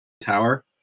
tower